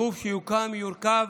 הגוף שיוקם יורכב